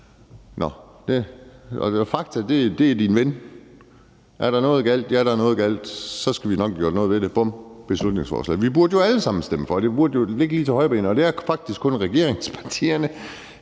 Fakta er din ven. Er der noget galt? Ja, der er noget galt, og så skal vi nok have gjort noget ved det – bum. Vi burde jo alle sammen stemme for beslutningsforslaget, det burde ligge lige til højrebenet, og det er faktisk kun regeringspartierne,